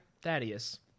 Thaddeus